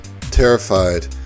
terrified